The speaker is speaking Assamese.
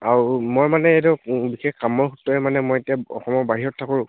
আৰু মই মানে এইটো বিশেষ কামৰ সূত্ৰে মানে মই এতিয়া অসমৰ বাহিৰত থাকোঁ